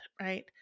right